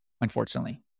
unfortunately